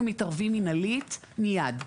אנחנו מתערבים מנהלית מיד.